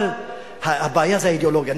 אבל הבעיה זה האידיאולוגיה.